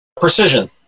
Precision